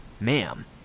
Ma'am